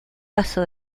paso